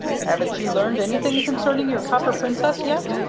haven't you learned anything concerning your copper princess yet?